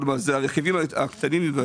אלה הרכיבים הקטנים.